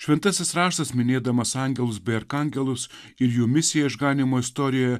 šventasis raštas minėdamas angelus bei arkangelus ir jų misiją išganymo istorijoje